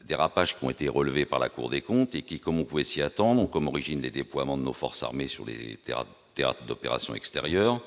des dérapages, qui ont été relevés par la Cour des comptes. Comme on pouvait s'y attendre, ils ont pour origine les déploiements de nos forces armées sur des théâtres d'opérations extérieures